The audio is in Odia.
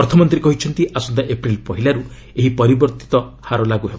ଅର୍ଥମନ୍ତ୍ରୀ କହିଚ୍ଚନ୍ତି ଆସନ୍ତା ଏପ୍ରିଲ୍ ପହିଲାରୁ ଏହି ପରିବର୍ତ୍ତନ ଲାଗୁ ହେବ